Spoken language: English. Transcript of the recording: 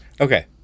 Okay